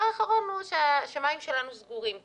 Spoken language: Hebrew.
הדבר האחרון הוא שהשמיים שלנו סגורים כרגע.